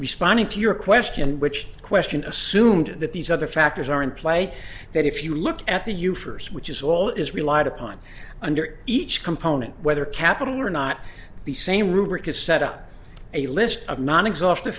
responding to your question which question assumed that these other factors are in play that if you look at the you first which is all is relied upon under each component whether capital or not the same rubric is set up a list of non exhaustive